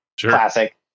classic